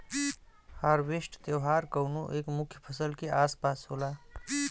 harvest त्यौहार कउनो एक मुख्य फसल के आस पास होला